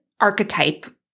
archetype